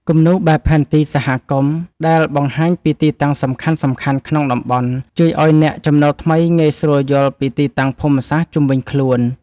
គំនូរបែបផែនទីសហគមន៍ ដែលបង្ហាញពីទីតាំងសំខាន់ៗក្នុងតំបន់ ជួយឱ្យអ្នកចំណូលថ្មីងាយស្រួលយល់ពីទីតាំងភូមិសាស្ត្រជុំវិញខ្លួន។